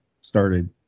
started